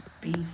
beef